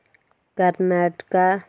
Karnataka